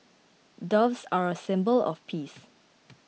doves are a symbol of peace